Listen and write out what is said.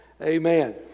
amen